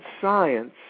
science